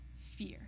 fear